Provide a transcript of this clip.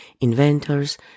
inventors